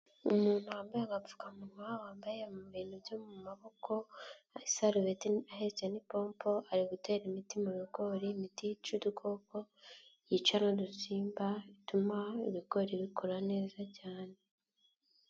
Umuntu wambaye agapfukamunwa wambaye mu bintu byo mu maboko nka isaruvet ahetse nipompo ari gutera imiti mu bigori imiti yica udukoko yicara udutsimba bituma ibigori bikora neza cyane